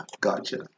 gotcha